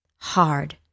Hard